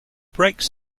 brakes